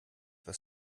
was